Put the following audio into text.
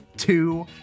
Two